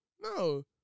No